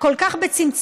כל כך בצמצום,